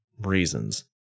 reasons